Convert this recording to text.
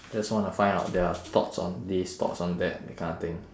just wanna find out their thoughts on this thoughts on that that kind of thing